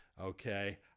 Okay